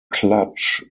clutch